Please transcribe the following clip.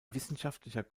wissenschaftlicher